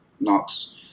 knocks